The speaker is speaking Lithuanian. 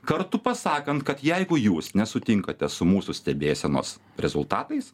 kartu pasakant kad jeigu jūs nesutinkate su mūsų stebėsenos rezultatais